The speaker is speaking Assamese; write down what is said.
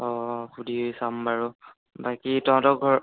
অ' সুধি চাম বাৰু বাকী তহঁতৰ ঘৰ